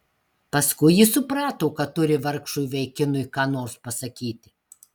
paskui ji suprato kad turi vargšui vaikinui ką nors pasakyti